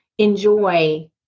enjoy